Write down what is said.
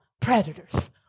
predators